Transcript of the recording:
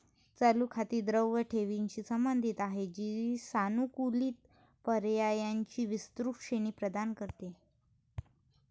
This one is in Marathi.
चालू खाती द्रव ठेवींशी संबंधित आहेत, जी सानुकूलित पर्यायांची विस्तृत श्रेणी प्रदान करते